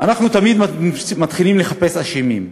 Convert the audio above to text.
אנחנו תמיד מתחילים לחפש אשמים,